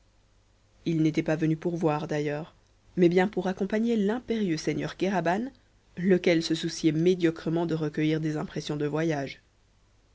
il n'était pas venu pour voir d'ailleurs mais bien pour accompagner l'impérieux seigneur kéraban lequel se souciait médiocrement de recueillir des impressions de voyage